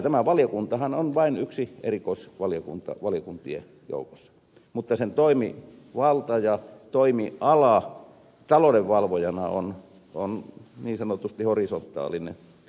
tämä valiokuntahan on vain yksi erikoisvaliokunta valiokuntien joukossa mutta sen toimivalta ja toimiala talouden valvojana on niin sanotusti horisontaalinen